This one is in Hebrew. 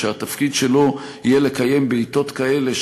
שהתפקיד שלו יהיה לקיים בעתות כאלה,